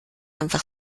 einfach